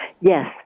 Yes